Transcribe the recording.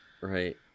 right